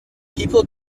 people